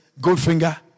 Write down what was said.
Goldfinger